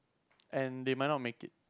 and they might not make it